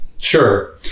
Sure